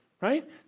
right